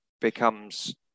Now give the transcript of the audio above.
becomes